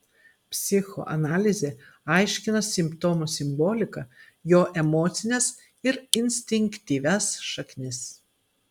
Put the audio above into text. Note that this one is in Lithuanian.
psichoanalizė aiškina simptomo simboliką jo emocines ir instinktyvias šaknis